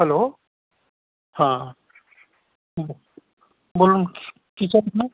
hello হ্যাঁ বলুন কী চাই আপনার